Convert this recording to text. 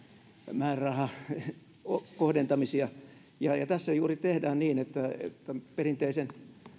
määrärahakohdentamisia ja ja tässä juuri tehdään niin perinteisen